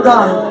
God